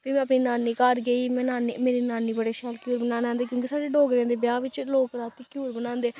फिर में अपनी नानी घर गेई में नानी मेरी नानी गी बड़े शैल घ्यूर बनांदे क्योंकि साढ़े डोगरें दे ब्याह बिच्च लोक राती घ्यूर बनांदे